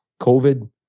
COVID